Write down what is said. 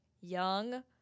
young